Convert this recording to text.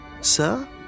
Sir